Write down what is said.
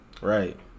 Right